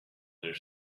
their